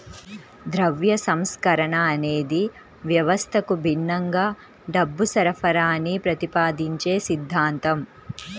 ద్రవ్య సంస్కరణ అనేది వ్యవస్థకు భిన్నంగా డబ్బు సరఫరాని ప్రతిపాదించే సిద్ధాంతం